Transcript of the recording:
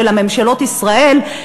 של ממשלות ישראל,